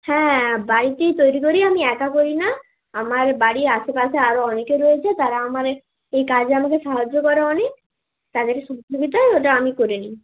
হ্যাঁ বাড়িতেই তৈরি করি আমি একা করি না আমার বাড়ির আশেপাশে আরও অনেকে রয়েছে তারা আমার এ এই কাজে আমাকে সাহায্য করে অনেক তাদের সহযোগিতায় ওটা আমি করে নিই